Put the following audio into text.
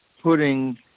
putting